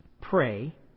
pray